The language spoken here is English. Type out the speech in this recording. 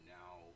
now